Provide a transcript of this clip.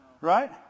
Right